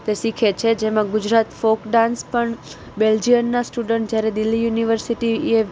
તે શીખે છે જેમાં ગુજરાત ફોક ડાન્સ પણ બેલ્જિયનના સ્ટુડન્ટ જ્યારે દિલ્હી યુનિવર્સિટીએ